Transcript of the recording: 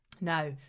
Now